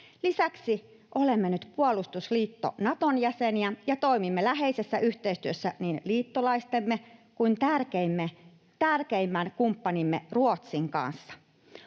Lisäksi olemme nyt puolustusliitto Naton jäseniä ja toimimme läheisessä yhteistyössä niin liittolaistemme kuin tärkeimmän kumppanimme Ruotsin kanssa.